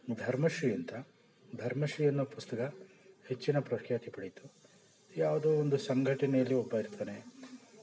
ಧರ್ಮಶ್ರೀ ಅಂತ ಧರ್ಮಶ್ರೀ ಅನ್ನೋ ಪುಸ್ತಕ ಹೆಚ್ಚಿನ ಪ್ರಖ್ಯಾತಿ ಪಡೀತು ಯಾವುದೊ ಒಂದು ಸಂಘಟನೆಯಲ್ಲಿ ಒಬ್ಬ ಇರ್ತಾನೆ